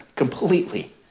completely